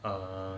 err